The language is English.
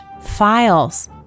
files